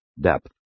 depth